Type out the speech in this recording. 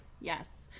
Yes